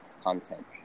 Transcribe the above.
content